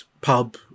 Pub